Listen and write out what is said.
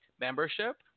membership